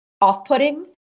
off-putting